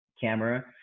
camera